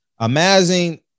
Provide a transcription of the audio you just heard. Imagine